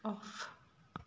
off